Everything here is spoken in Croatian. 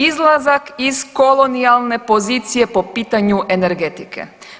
Izlazak iz kolonijalne pozicije po pitanju energetike.